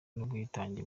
n’ubwitange